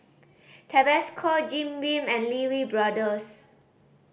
Tabasco Jim Beam and Lee Wee Brothers